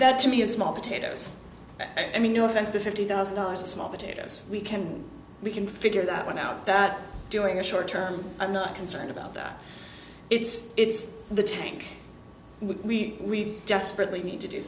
that to me is small potatoes i mean no offense to fifty thousand dollars a small potatoes we can we can figure that one out that doing a short term i'm not concerned about that it's the tank we desperately need to do